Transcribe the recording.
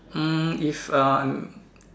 uh if I'm